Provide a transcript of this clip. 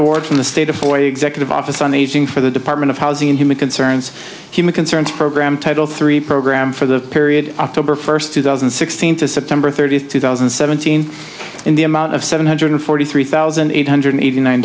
from the state of hawaii executive office on aging for the department of housing in human concerns human concerns program title three program for the period october first two thousand and sixteen to september thirtieth two thousand and seventeen in the amount of seven hundred forty three thousand eight hundred eighty nine